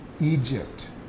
Egypt